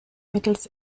mittels